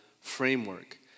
framework